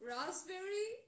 Raspberry